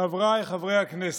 חבריי חברי הכנסת,